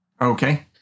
Okay